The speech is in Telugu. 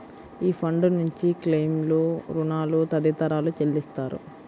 ఈ ఫండ్ నుంచి క్లెయిమ్లు, రుణాలు తదితరాలు చెల్లిస్తారు